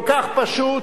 כל כך פשוט,